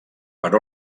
per